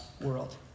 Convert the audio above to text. world